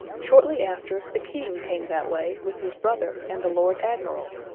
shortly after, the king came that way, with his brother and the lord admiral.